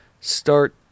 start